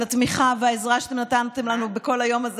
על התמיכה והעזרה שאתם נתתם לנו בכל היום הזה,